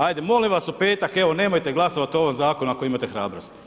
Ajde molim vas u petak, evo nemojte glasovat o ovom Zakonu ako imate hrabrosti.